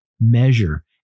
measure